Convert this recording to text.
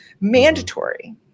Mandatory